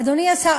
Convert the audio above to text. אדוני השר,